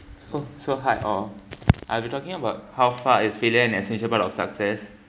so hard hor I'll be talking about how far is failure an essential part of success